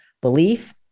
Belief